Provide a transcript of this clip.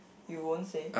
you won't say